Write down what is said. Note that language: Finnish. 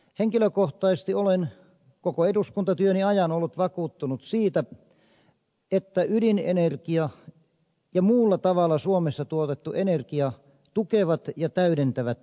henkilökohtaisesti olen koko eduskuntatyöni ajan ollut vakuuttunut siitä että ydinenergia ja muulla tavalla suomessa tuotettu energia tukevat ja täydentävät toisiaan